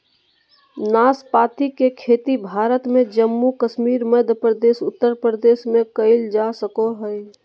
नाशपाती के खेती भारत में जम्मू कश्मीर, मध्य प्रदेश, उत्तर प्रदेश में कइल जा सको हइ